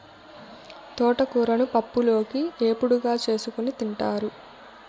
తోటకూరను పప్పులోకి, ఏపుడుగా చేసుకోని తింటారు